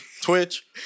Twitch